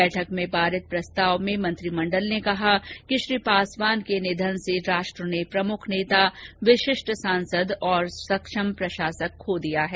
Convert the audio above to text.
बैठक में पारित प्रस्ताव में मंत्रिमंडल ने कहा कि श्री पासवान के निधन से राष्ट्र ने प्रमुख नेता विशिष्ट सांसद और सक्षम प्रशासक खो दिया है